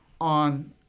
on